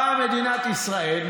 באה מדינת ישראל,